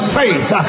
faith